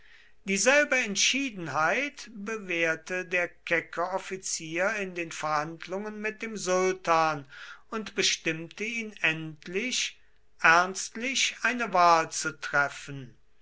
dieselbe entschiedenheit bewährte der kecke offizier in den verhandlungen mit dem sultan und bestimmte ihn endlich ernstlich eine wahl zu treffen